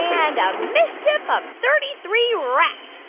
and a of thirty three rats.